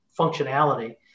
functionality